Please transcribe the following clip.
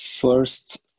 first